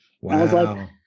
Wow